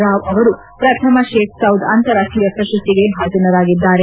ರಾವ್ ಅವರು ಪ್ರಥಮ Sheikh Saud ಅಂತಾರಾಷ್ಟೀಯ ಪ್ರಶಸ್ತಿಗೆ ಭಾಜನರಾಗಿದ್ದಾರೆ